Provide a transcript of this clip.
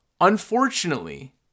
unfortunately